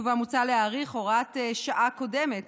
ובה מוצע להאריך הוראת שעה קודמת